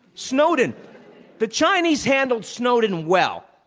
snowden the chinese handled snowden well.